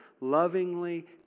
lovingly